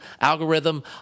algorithm